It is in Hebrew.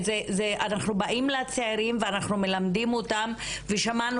אנחנו באים לצעירים ואנחנו מלמדים אותם ושמענו